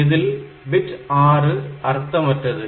இதில் பிட் 6 அர்த்தமற்றது